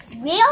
real